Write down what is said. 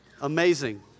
Amazing